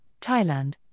Thailand